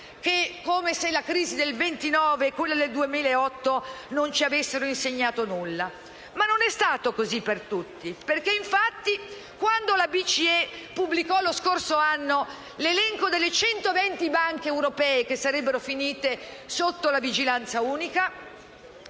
come se la crisi del 1929 e quella del 2008 non ci avesse insegnato nulla. Ma non è stato così per tutti. Infatti, quando le BCE pubblicò lo scorso anno l'elenco delle 120 banche europee che sarebbero finite sotto la vigilanza unica,